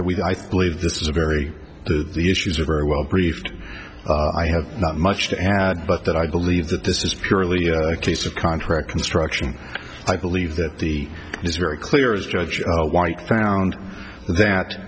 that we believe this is a very the issues are very well briefed i have not much to add but that i believe that this is purely a case of contract construction i believe that the it's very clear as judge white found that